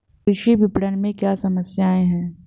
कृषि विपणन में क्या समस्याएँ हैं?